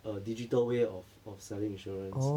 a digital way of of selling insurance